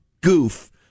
goof